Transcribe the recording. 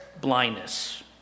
blindness